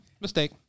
mistake